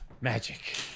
magic